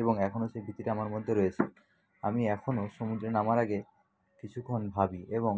এবং এখনো সেই ভীতিটা আমার মধ্যে রয়েছে আমি এখনো সমুদ্রে নামার আগে কিছুক্ষণ ভাবি এবং